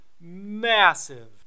massive